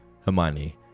Hermione